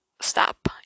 stop